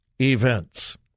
events